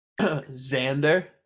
Xander